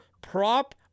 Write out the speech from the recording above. prop